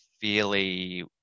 fairly